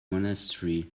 monastery